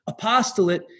apostolate